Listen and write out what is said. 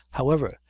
however,